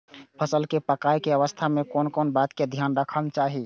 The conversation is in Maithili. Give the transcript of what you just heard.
फसल के पाकैय के अवस्था में कोन कोन बात के ध्यान रखना चाही?